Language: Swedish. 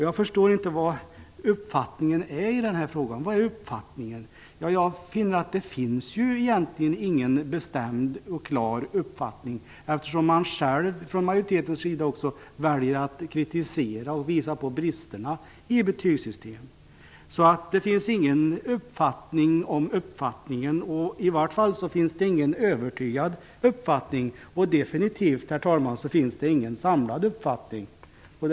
Jag förstår inte vad uppfattningen är i den här frågan. Jag finner att det egentligen inte finns någon bestämd och klar uppfattning. Majoriteten väljer ju själv att kritisera och visa på brister i betygssystemet. Det finns ingen uppfattning om uppfattningen, och det finns i alla fall ingen övertygad uppfattning. Och det finns definitivt ingen samlad uppfattning, herr talman.